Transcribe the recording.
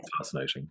fascinating